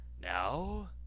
Now